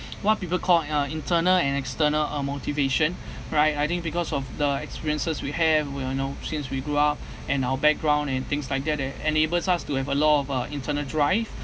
what people call a~ uh internal and external uh motivation right I think because of the experiences we have we are know since we grew up and our background and things like that that enables us to have a lot of uh internal drive